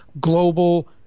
global